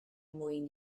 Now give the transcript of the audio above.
mwyn